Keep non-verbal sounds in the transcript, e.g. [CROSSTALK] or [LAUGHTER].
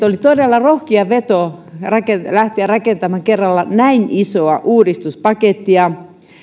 [UNINTELLIGIBLE] oli todella rohkea veto lähteä rakentamaan kerralla näin isoa uudistuspakettia